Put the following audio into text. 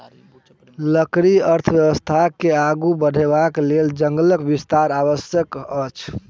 लकड़ी अर्थव्यवस्था के आगू बढ़यबाक लेल जंगलक विस्तार आवश्यक अछि